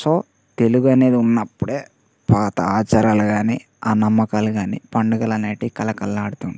so తెలుగనేది ఉన్నప్పుడే పాత ఆచారాలు కానీ ఆ నమ్మకాలు గానీ పండుగలు అనేటి కళకళలాడుతూ ఉంటాయి